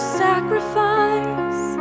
sacrifice